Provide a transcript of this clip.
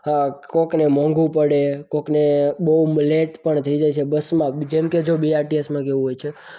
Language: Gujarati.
અ કોકને મોંઘુ પડે કોઈકને બહુ લેટ પણ થઈ જાય છે બસમાં જેમ કે જો બીઆરટીએસમાં કેવું હોય છે